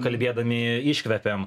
kalbėdami iškvepiam